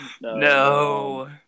No